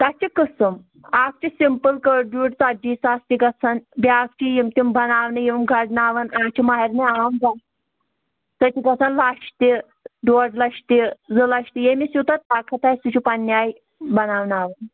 تَتھ چھِ قٕسٕم اَکھ چھِ سِمپٕل کٔرۍ جوٗرۍ ژَتجی ساس تہِ گژھان بیٛاکھ چھِ یِم تِم بَناونہٕ یِم گَڑناوان کانٛہہ چھِ ماہَرنہِ عام زَن سۄ چھِ گژھان لَچھ تہِ ڈۄڑ لَچھ تہِ زٕ لَچھ تہِ ییٚمِس یوٗتاہ طاقت آسہِ سُہ چھِ پنٛنہِ آے بَناوناوان